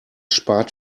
spart